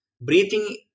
breathing